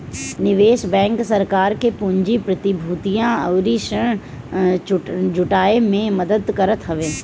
निवेश बैंक सरकार के पूंजी, प्रतिभूतियां अउरी ऋण जुटाए में मदद करत हवे